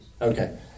Okay